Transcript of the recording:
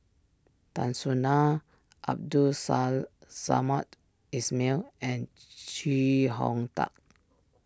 Tan Soo Nan Abdul Sa Samad Ismail and Chee Hong Tat